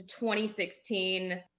2016